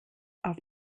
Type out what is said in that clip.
auf